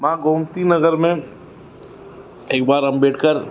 मां गोमती नगर में हिकु बार अंबेडकर